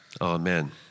Amen